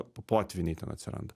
potvyniai ten atsiranda